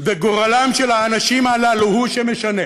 וגורלם של האנשים הללו הוא שמשנה.